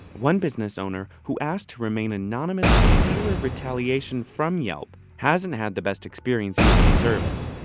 one business owner who asked to remain anonymous for fear of retaliation from yelp hasn't had the best experience using the service.